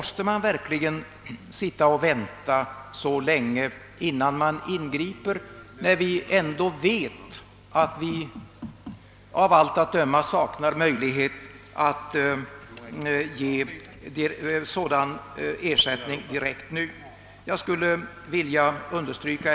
Måste man verkligen sitta och vänta så länge innan man ingriper, när vi ändå av allt att döma saknar möjlighet att med nu varande bestämmelser ge en sådan ersättning?